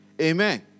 Amen